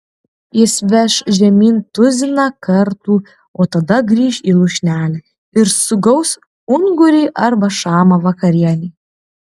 jis veš žemyn tuziną kartų o tada grįš į lūšnelę ir sugaus ungurį arba šamą vakarienei